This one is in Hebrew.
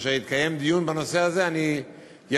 וכאשר יתקיים דיון בנושא הזה אני אפרט